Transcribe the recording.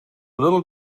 little